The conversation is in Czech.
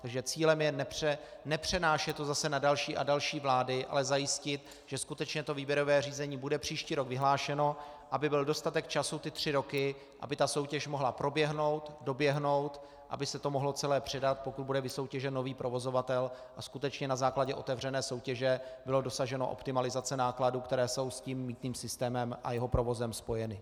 Takže cílem je nepřenášet to zase na další a další vlády, ale zajistit, že skutečně to výběrové řízení bude příští rok vyhlášeno, aby byl dostatek času ty tři roky, aby ta soutěž mohla proběhnout, doběhnout, aby se to mohlo celé předat, pokud bude vysoutěžen nový provozovatel, a skutečně na základě otevřené soutěže bylo dosaženo optimalizace nákladů, které jsou s tím mýtným systémem a jeho provozem spojeny.